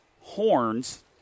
horns